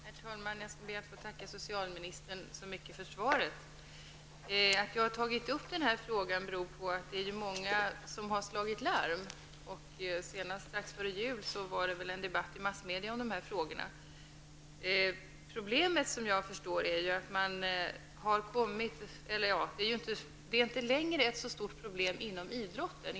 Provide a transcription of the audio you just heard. Herr talman! Jag skall be att få tacka socialministern så mycket för svaret. Att jag har tagit upp den här frågan beror på att det är många som har slagit larm. Senast strax före jul var det en debatt i massmedia om de här frågorna. Såvitt jag förstår är problemet inte längre så stort inom idrotten.